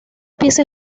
pieza